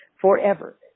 forever